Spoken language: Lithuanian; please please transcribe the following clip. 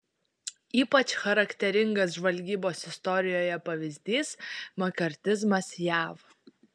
ypač charakteringas žvalgybos istorijoje pavyzdys makartizmas jav